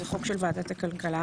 זה חוק של ועדת הכלכלה.